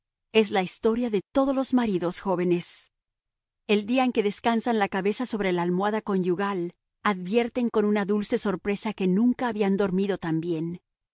es la historia de todos los maridos jóvenes el día en que descansan la cabeza sobre la almohada conyugal advierten con una dulce sorpresa que nunca habían dormido